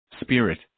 spirit